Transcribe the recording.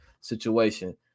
situation